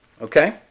Okay